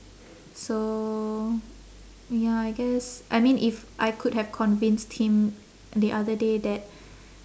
so ya I guess I mean if I could have convinced him the other day that